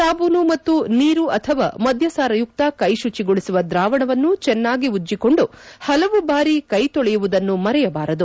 ಸಾಬೂನು ಮತ್ತು ನೀರು ಅಥವಾ ಮದ್ಯಸಾರಯುಕ್ತ ಕೈಶುಚಿಗೊಳಿಸುವ ದ್ರಾವಣವನ್ನು ಚೆನ್ನಾಗಿ ಉಜ್ಜಿಕೊಂಡು ಹಲವು ಬಾರಿ ಕೈ ತೊಳೆಯುವುದನ್ನು ಮರೆಯಬಾರದು